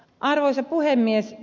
arvoisa puhemies